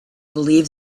believe